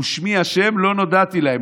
"ושמי ה' לא נודעתי להם".